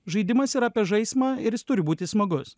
žaidimas yra apie žaismą ir jis turi būti smagus